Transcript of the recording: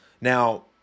Now